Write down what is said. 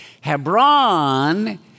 Hebron